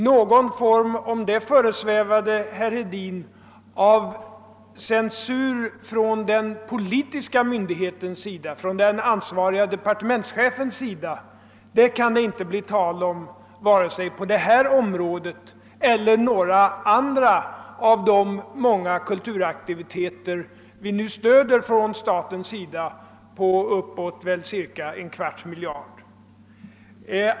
Någon form av censur från den politiska myndighetens eller den ansvarige departementschefens sida kan det däremot aldrig bli tal om — för den händelse det var det som före svävade herr Hedin — vare sig på detta område eller när det gäller några andra av de många kulturaktiviteter som staten stöder med omkring en kvarts miljard kronor.